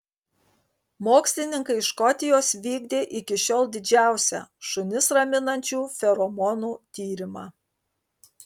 mokslininkai iš škotijos vykdė iki šiol didžiausią šunis raminančių feromonų tyrimą